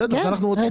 את זה אנחנו רוצים.